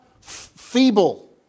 feeble